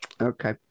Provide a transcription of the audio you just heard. Okay